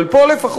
אבל פה לפחות,